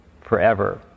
forever